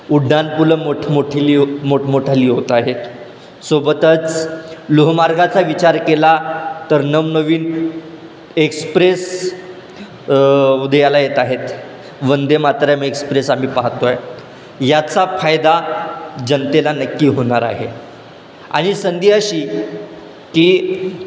उड्डान पुलं मोठमोठी मोठमोठी होत आहेत सोबतच लोहमार्गाचा विचार केला तर नवनवीन एक्सप्रेस उदयाला येत आहेत वंदेमातरम एक्सप्रेस आम्ही पाहतो आहे याचा फायदा जनतेला नक्की होणार आहे आणि संधी अशी की